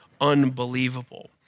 unbelievable